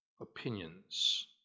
opinions